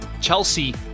Chelsea